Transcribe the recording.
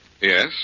Yes